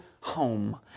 home